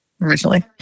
originally